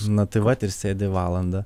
na tai vat ir sėdi valandą